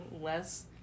less